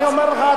אני אומר לך,